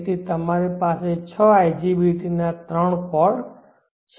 તેથી તમારી પાસે છ IGBT ના ત્રણ કોર્ડ છે